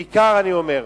בעיקר, אני אומר,